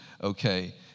okay